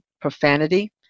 profanity